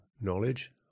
knowledge